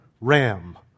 RAM